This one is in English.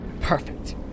Perfect